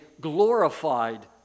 glorified